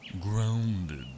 grounded